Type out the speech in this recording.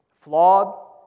flawed